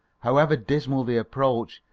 however dismal the approach,